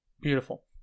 Beautiful